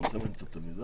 אני דרום אמריקאית.